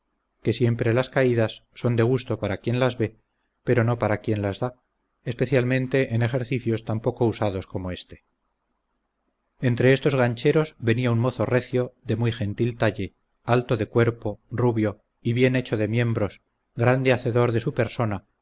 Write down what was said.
que siempre las caídas son de gusto para quien las ve pero no para quien las da especialmente en ejercicios tan poco usados como este entre estos gancheros venía un mozo recio de muy gentil talle alto de cuerpo rubio y bien hecho de miembros grande hacedor de su persona